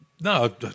no